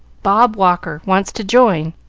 bob walker wants to join,